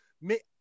Mais